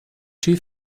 too